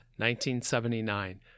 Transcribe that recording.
1979